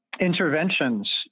interventions